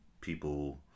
people